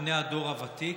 בני הדור הוותיק,